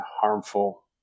harmful